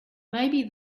maybe